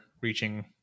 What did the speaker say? reaching